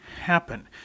happen